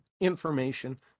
information